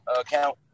account